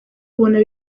bubona